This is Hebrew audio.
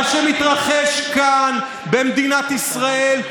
מה שמתרחש כאן, במדינת ישראל,